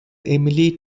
emily